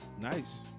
Nice